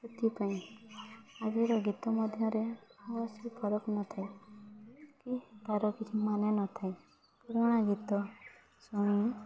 ସେଥିପାଇଁ ଆଜିର ଗୀତ ମଧ୍ୟରେ ବାସ୍ କିଛି ଫରକ ନଥାଏ କି ଫରକ କିଛି ମାନେ ନଥାଏ ପୁରୁଣା ଗୀତ ଶୁଣି